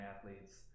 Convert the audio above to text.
athletes